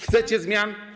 Chcecie zmian?